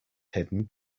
hidden